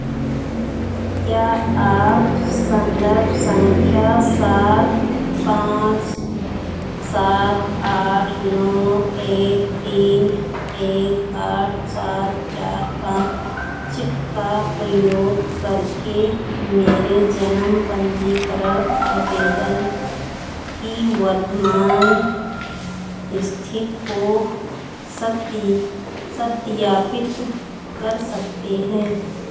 क्या आप सन्दर्भ संख्या सात पाँच सात आठ नौ एक तीन एक आठ सात चार पाँच का प्रयोग कर के मेरे जन्म पंजीकरण आवेदन की वर्तमान स्थिति को सत्ती सत्यापित कर सकते हैं